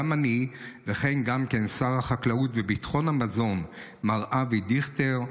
גם אני וכן גם שר החקלאות וביטחון המזון מר אבי דיכטר,